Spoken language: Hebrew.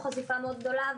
מטעם הרשויות המקומיות.